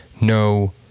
no